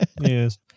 yes